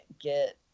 get